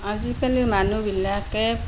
আজিকালি মানুহবিলাকে